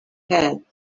had